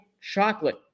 chocolate